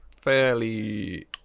fairly